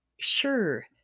Sure